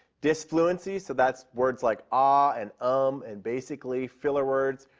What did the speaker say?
disfluency, so that's words like ah and um and basically. filler words.